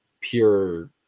pure